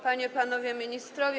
Panie i Panowie Ministrowie!